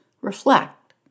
reflect